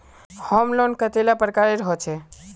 Home loan कतेला प्रकारेर होचे?